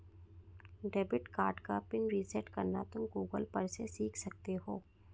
debit card का pin reset करना तुम गूगल पर से सीख सकते हो